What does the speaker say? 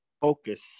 Focus